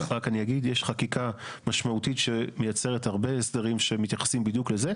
יש חקיקה משמעותית שמייצרת הרבה הסדרים שמתייחסים בדיוק לזה,